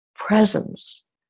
Presence